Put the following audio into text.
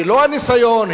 לא הניסיון,